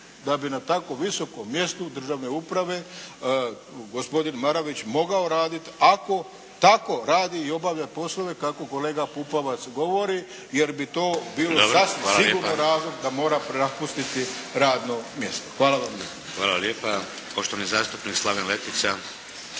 da bi na tako visokom mjestu državne uprave gospodin Marković mogao radit ako tako radi i obavlja poslove kako kolega Pupavac govori, jer bi to bilo sasvim sigurno razloga da mora napustiti radno mjesto. Hvala vam lijepa. **Šeks, Vladimir